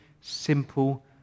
simple